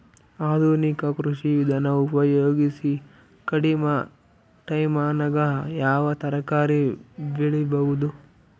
ಆಧುನಿಕ ಕೃಷಿ ವಿಧಾನ ಉಪಯೋಗಿಸಿ ಕಡಿಮ ಟೈಮನಾಗ ಯಾವ ತರಕಾರಿ ಬೆಳಿಬಹುದು?